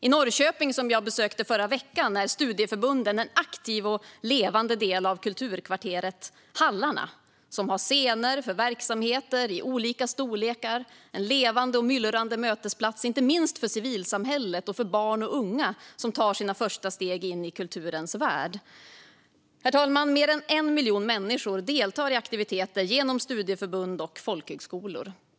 I Norrköping, som jag besökte förra veckan, är studieförbunden en aktiv och levande del av Kulturkvarteret Hallarna som har scener för verksamheter av olika storlekar. Det är en levande och myllrande mötesplats, inte minst för civilsamhället och för barn och unga som tar sina första steg in i kulturens värld. Herr talman! Mer än 1 miljon människor deltar i aktiviteter genom studieförbund och folkhögskolor.